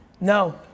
no